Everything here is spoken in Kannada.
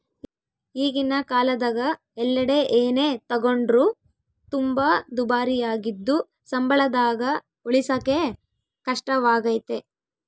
ಈಗಿನ ಕಾಲದಗ ಎಲ್ಲೆಡೆ ಏನೇ ತಗೊಂಡ್ರು ತುಂಬಾ ದುಬಾರಿಯಾಗಿದ್ದು ಸಂಬಳದಾಗ ಉಳಿಸಕೇ ಕಷ್ಟವಾಗೈತೆ